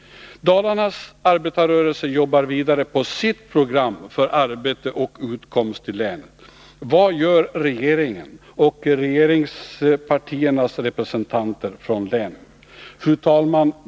Dalarnas arbetarrörelse jobbar vidare på sitt program för arbete och utkomst i länet. Vad gör regeringen och regeringspartiernas representanter från länet? Fru talman!